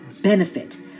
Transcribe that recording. benefit